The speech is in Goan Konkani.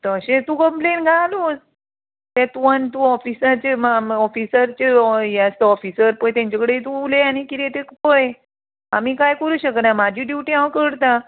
तशेंच तूं कंप्लेन घालूच ते तुमी तूं ऑफिसाचे म म ऑफिसरचे हे आसता ऑफिसर पळय तेंचे कडेन तूं उलय आनी कितें तें पळय आमी कांय करूं शकना म्हाजी ड्युटी हांव करतां